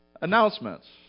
Announcements